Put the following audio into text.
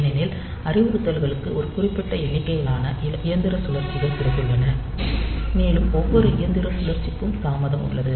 ஏனெனில் அறிவுறுத்தல்களுக்கு ஒரு குறிப்பிட்ட எண்ணிக்கையிலான இயந்திர சுழற்சிகள் கிடைத்துள்ளன மேலும் ஒவ்வொரு இயந்திர சுழற்சிக்கும் தாமதம் உள்ளது